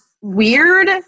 weird